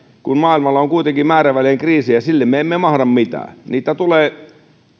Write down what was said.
maailmalla on kuitenkin määrävälein kriisejä ja sille me emme mahda mitään niitä tulee